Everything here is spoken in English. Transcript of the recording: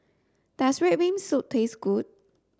does red bean soup taste good